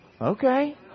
okay